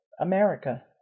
America